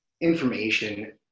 information